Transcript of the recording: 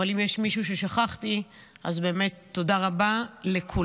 אבל אם יש מישהו ששכחתי, אז באמת תודה רבה לכולם.